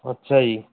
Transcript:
ਅੱਛਾ ਜੀ